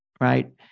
right